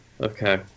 Okay